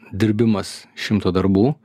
dirbimas šimto darbų